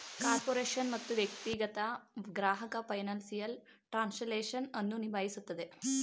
corporation ಮತ್ತು ವ್ಯಕ್ತಿಗತ ಗ್ರಾಹಕ ಫೈನಾನ್ಸಿಯಲ್ ಟ್ರಾನ್ಸ್ಲೇಷನ್ ಅನ್ನು ನಿಭಾಯಿಸುತ್ತದೆ